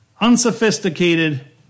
unsophisticated